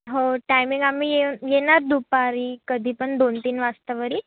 हो टाईमिंग आम्ही येव येणार दुपारी कधी पण दोन तीन वाजतावरी